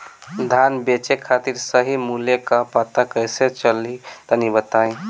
धान बेचे खातिर सही मूल्य का पता कैसे चली तनी बताई?